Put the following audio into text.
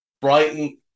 Brighton